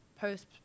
post